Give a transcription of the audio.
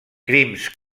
crims